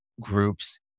groups